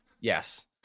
Yes